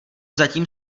zatím